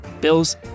Bills